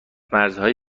مرزهای